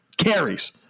Carries